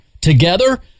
Together